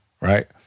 right